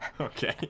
Okay